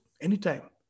anytime